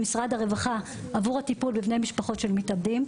למשרד הרווחה עבור הטיפול בבני משפחות של מתאבדים.